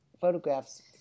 photographs